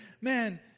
man